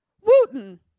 Wooten